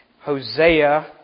Hosea